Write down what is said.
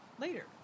later